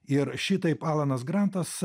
ir šitaip alanas grantas